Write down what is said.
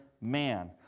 man